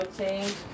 change